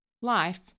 life